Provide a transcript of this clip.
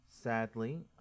Sadly